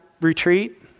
retreat